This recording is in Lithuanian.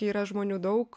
yra žmonių daug